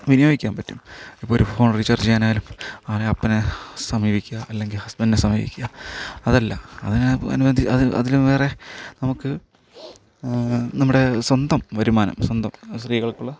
വിനിയോഗിക്കാൻ പറ്റും ഇപ്പോള് ഒരു ഫോൺ റീചാർജെയ്യാനായാലും അതിന് അപ്പനെ സമീപിക്കുക അല്ലെങ്കില് ഹസ്ബൻഡിനെ സമീപിക്കുക അതല്ല അതിന് അനുബന്ധി അതിന് അതിന് വേറെ നമുക്ക് നമ്മുടെ സ്വന്തം വരുമാനം സ്വന്തം സ്ത്രീകൾക്കുള്ള